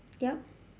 yup